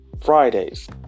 Friday's